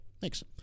thanks